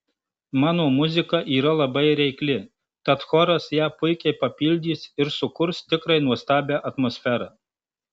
mano muzika yra labai reikli tad choras ją puikiai papildys ir sukurs tikrai nuostabią atmosferą